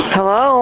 Hello